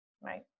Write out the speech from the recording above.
Right